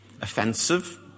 offensive